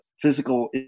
physical